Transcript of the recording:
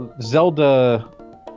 Zelda